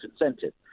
incentive